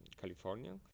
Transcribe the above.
California